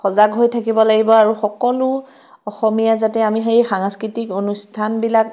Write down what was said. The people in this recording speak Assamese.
সজাগ হৈ থাকিব লাগিব আৰু সকলো অসমীয়া যাতে আমি সেই সাংস্কৃতিক অনুষ্ঠানবিলাক